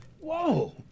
whoa